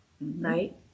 right